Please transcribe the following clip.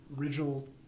original